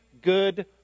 good